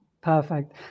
Perfect